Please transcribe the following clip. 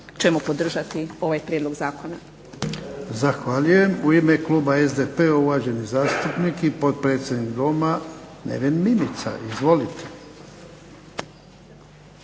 ćemo podržati ovaj prijedlog zakona.